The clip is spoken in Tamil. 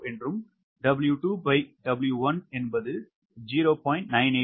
970 𝑊2W1 என்பது 0